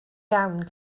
iawn